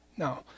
Now